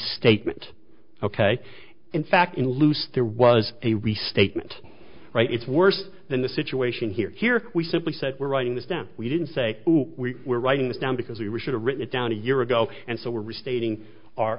statement ok in fact in loose there was a restatement right it's worse than the situation here here we simply said we're writing this down we didn't say we were writing this down because we should've written it down a year ago and so we're restating our